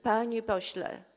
Panie Pośle!